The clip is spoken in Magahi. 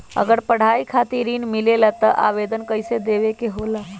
अगर पढ़ाई खातीर ऋण मिले ला त आवेदन कईसे देवे के होला?